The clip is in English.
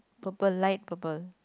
purple light purple